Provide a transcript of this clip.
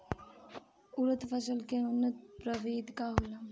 उरद फसल के उन्नत प्रभेद का होला?